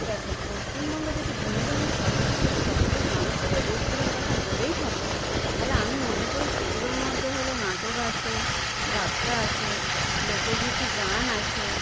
দেখো পশ্চিমবঙ্গে যদি বিনোদনের সব প্রে সব চেয়ে জনপ্রিয় রূপগুলির কথা বলেই থাকো তালে আমি মনে করি সেগুলোর মধ্যে হলো নাটক আছে যাত্রা আছে লোকগীতি গান আছে